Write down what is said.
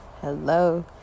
hello